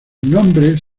nombres